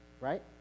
right